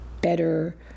better